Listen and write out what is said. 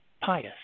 pious